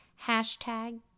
Hashtag